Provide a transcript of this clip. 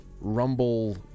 rumble